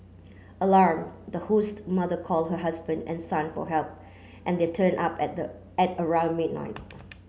alarmed the host mother call her husband and son for help and they turned up at at around midnight